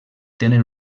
tenen